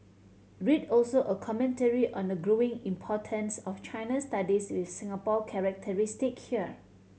read also a commentary on the growing importance of China studies with Singapore characteristic here